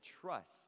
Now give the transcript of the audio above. trust